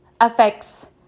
affects